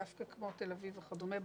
דווקא כמו תל אביב וכדומה.